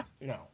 No